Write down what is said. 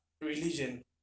religion